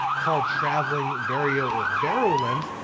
called travelling, vario or varo lens,